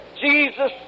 Jesus